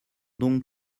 donc